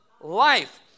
life